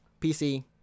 PC